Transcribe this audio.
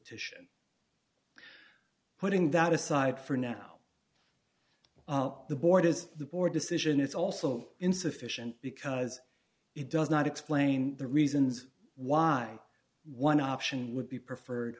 tition putting that aside for now the board is the board decision it's also insufficient because it does not explain the reasons why one option would be preferred